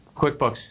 QuickBooks